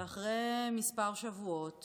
שאחרי מספר שבועות